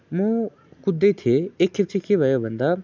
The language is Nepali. म कुद्दै थिएँ एकखेप चाहिँ के भयो भन्दा